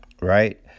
right